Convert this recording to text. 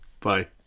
bye